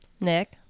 Nick